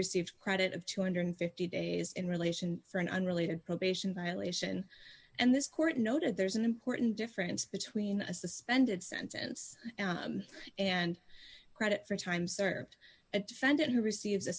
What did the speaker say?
received credit of two hundred and fifty dollars days in relation for an unrelated probation violation and this court noted there's an important difference between a suspended sentence and credit for time served a defendant who receives a